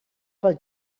pel